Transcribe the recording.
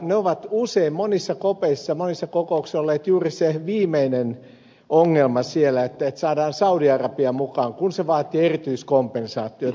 se on usein monissa copeissa monissa kokouksissa ollut juuri se viimeinen ongelma siellä että saadaan saudi arabia mukaan kun se vaatii erityiskompensaatiota